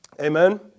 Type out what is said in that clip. Amen